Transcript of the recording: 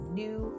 new